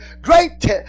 great